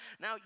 Now